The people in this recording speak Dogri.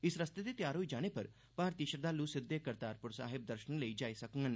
इस रस्ते दे तैयार होई जाने पर भारतीय श्रद्दालु सिद्दे करतारपुर साहेब दर्शनें लेई जाई सकंडन